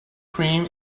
cream